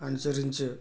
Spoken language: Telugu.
అనుసరించు